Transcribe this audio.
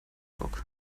bock